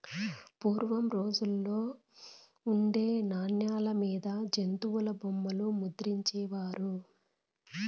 పూర్వం రోజుల్లో ఉండే నాణాల మీద జంతుల బొమ్మలు ముద్రించే వారు